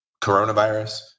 coronavirus